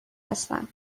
هستم